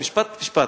משפט, משפט.